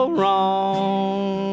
wrong